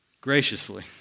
graciously